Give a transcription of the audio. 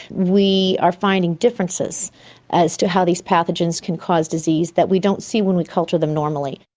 we are finding differences as to how these pathogens can cause disease that we don't see when we culture them normally.